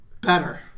better